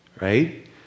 right